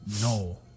no